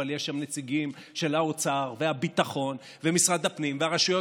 אבל יש שם נציגים של האוצר והביטחון ומשרד הפנים והרשויות